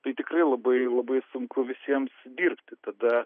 tai tikrai labai labai sunku visiems dirbti tada